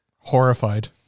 Horrified